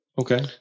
Okay